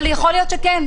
אבל יכול להיות שכן,